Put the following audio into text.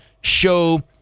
show